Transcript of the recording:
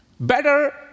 Better